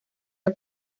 del